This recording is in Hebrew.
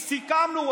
סיכמנו.